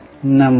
नमस्ते